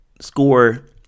score